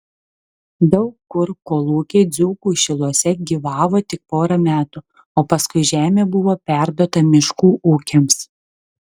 daug kur kolūkiai dzūkų šiluose gyvavo tik porą metų o paskui žemė buvo perduota miškų ūkiams